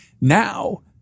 Now